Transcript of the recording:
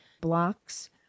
blocks